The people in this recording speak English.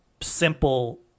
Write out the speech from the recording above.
simple